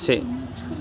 से